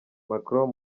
macron